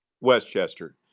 Westchester